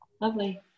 Lovely